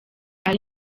ari